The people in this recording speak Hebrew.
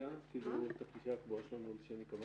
הישיבה הסתיימה בשעה